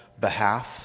behalf